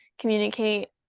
communicate